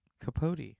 Capote